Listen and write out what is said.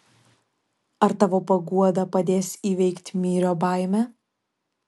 ar tavo paguoda padės įveikt myrio baimę